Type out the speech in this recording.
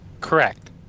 Correct